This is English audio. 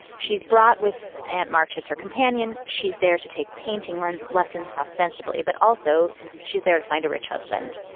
she's brought with ant marches her companion. she's there to take painting lands lessons ostensibly, but also she's there to find a rich husband.